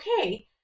okay